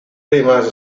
rimase